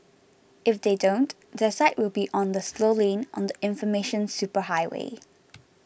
if they don't their site will be on the slow lane on the information superhighway